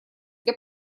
для